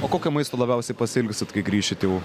o kokio maisto labiausiai pasiilgsit kai grįšit jau